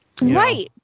right